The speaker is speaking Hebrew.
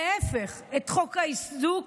להפך, את חוק האיזוק